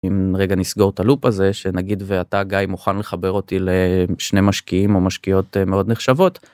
אם רגע נסגור את הלופ הזה שנגיד ואתה גיא מוכן לחבר אותי לשני משקיעים או משקיעות מאוד נחשבות.